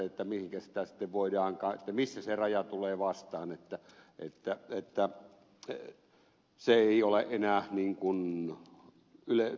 sitten toisella puolella on se missä se raja tulee vastaan että se ei ole enää ihmisoikeudellisesti paikallaankaan